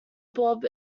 bob